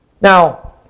Now